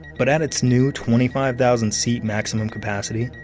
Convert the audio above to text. but at its new twenty five thousand seat maximum capacity,